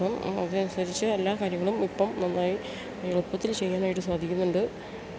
അപ്പം അതിനനുസരിച്ച് എല്ലാ കാര്യങ്ങളും ഇപ്പം നന്നായി എളുപ്പത്തിൽ ചെയ്യാനായിട്ട് സാധിക്കുന്നുണ്ട്